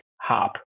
hop